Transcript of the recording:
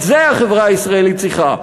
את זה החברה הישראלית צריכה,